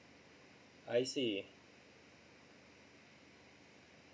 I see